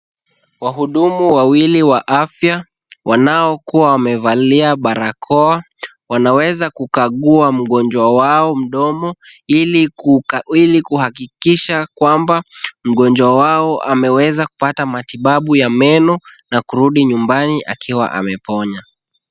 Wahudumu wawili wa afya, wanao kuwa wamevalia barakoa, wanaweza kukagua mgonjwa wao mdomo ili kuhakikisha kwamba mgonjwa wao ameweza kupata matibabu ya meno, na kurudi nyumbani akiwa amepona.